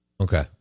Okay